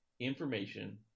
information